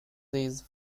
these